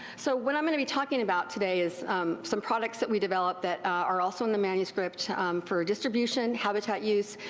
so what iim going to be talking about today is some products that we developed that are also in the manuscript for distribution, habitat use,